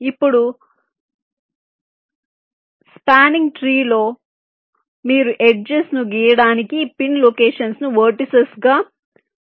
ఇప్పుడు విస్పాన్నింగ్ ట్రీలో మీరు ఎడ్జెస్ ను గీయడానికి పిన్ లొకేషన్స్ ను వెర్టిసిస్ గా మాత్రమే ఉపయోగించవచ్చు